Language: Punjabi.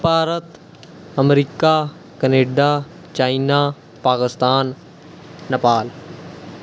Bharat America Canada China Pakistan Nepal